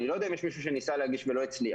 אני לא יודע אם יש מישהו שניסה להגיש ולא הצליח.